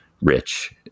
rich